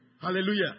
Hallelujah